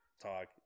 talk